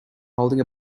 holding